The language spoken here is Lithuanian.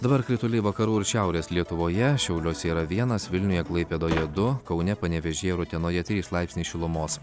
dabar krituliai vakarų ir šiaurės lietuvoje šiauliuose yra vienas vilniuje klaipėdoje du kaune panevėžyje ir utenoje trys laipsniai šilumos